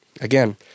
Again